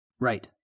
Right